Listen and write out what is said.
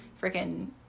freaking